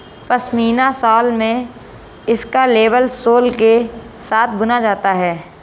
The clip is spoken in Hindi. पश्मीना शॉल में इसका लेबल सोल के साथ बुना जाता है